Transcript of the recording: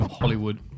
Hollywood